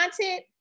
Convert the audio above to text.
content